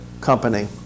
company